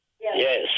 Yes